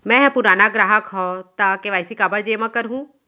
मैं ह पुराना ग्राहक हव त के.वाई.सी काबर जेमा करहुं?